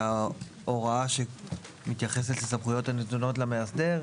ההוראה שמתייחסת לסמכויות הנתונות למאסדר,